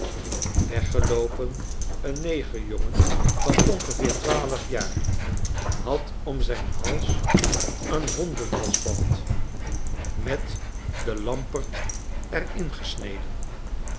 weggeloopen een negerjongen van ongeveer twaalf jaar had om zijn hals een hondenschetsen uit amerika halsband met de de lampert er in gesneden